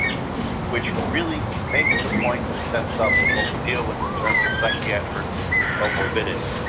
which really makes the point and sets up what we deal with in terms of psychiatric comorbidity.